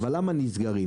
אבל למה נסגרים?